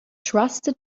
trusted